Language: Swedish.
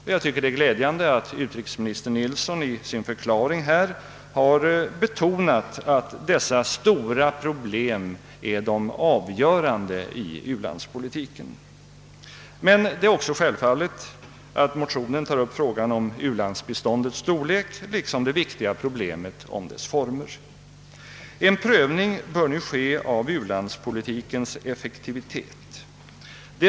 Jag tycker att det är glädjande att utrikesminister Nilsson i sin förklaring har betonat att dessa stora problem är 'de avgörande i u-landspolitiken. Men det är också självklart att motionen tar upp frågan om u-landsbiståndets storlek liksom det viktiga problemet om dess former. En prövning av u-landspolitikens effektivitet bör nu ske.